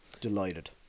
delighted